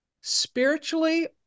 spiritually